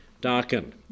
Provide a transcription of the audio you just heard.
darkened